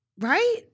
Right